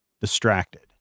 distracted